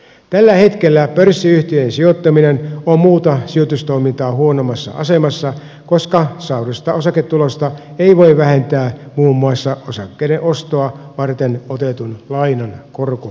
tällä hetkellä pörssiyhtiöihin sijoittaminen on muuta sijoitustoimintaa huonomassa asemassa koska saaduista osaketuloista ei voi vähentää muun muassa osakkeiden ostoa varten otetun lainan korkokuluja